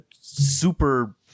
super